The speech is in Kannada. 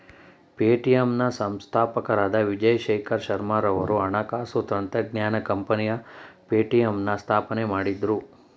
ಪೇಟಿಎಂ ನ ಸಂಸ್ಥಾಪಕರಾದ ವಿಜಯ್ ಶೇಖರ್ ಶರ್ಮಾರವರು ಹಣಕಾಸು ತಂತ್ರಜ್ಞಾನ ಕಂಪನಿ ಪೇಟಿಎಂನ ಸ್ಥಾಪನೆ ಮಾಡಿದ್ರು